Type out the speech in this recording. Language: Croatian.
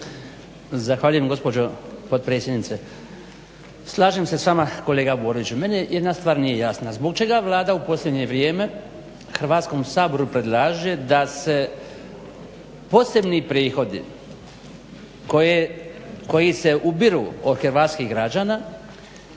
Zahvaljujem gospođo potpredsjednice. Slažem se s vama kolega Boriću, meni jedna stvar nije jasna. Zbog čega Vlada u posebno vrijeme Hrvatskom saboru predlaže da se posebni prihodi koji se ubiru od hrvatskih građana